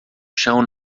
chão